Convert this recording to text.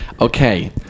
Okay